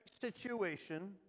situation